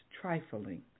trifling